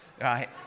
right